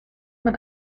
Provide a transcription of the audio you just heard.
man